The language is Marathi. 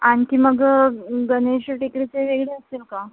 आणखी मग गणेश टेकडीचे वेगळे असतील का